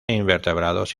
invertebrados